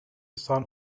son